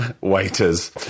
waiters